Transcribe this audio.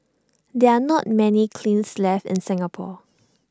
there are not many kilns left in Singapore